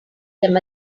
them